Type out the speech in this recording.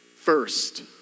first